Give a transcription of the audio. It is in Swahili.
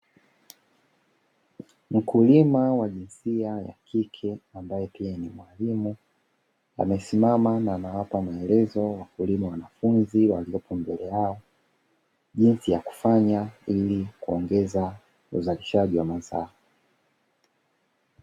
Mkulima wa jinsia ya kike ambaye pia ni mwalimu, amesimama na anawapa maelezo wakulima wanafunzi waliopo mbele yao, jinsi ya kufanya ili kuongeza uzalishaji wa mazao.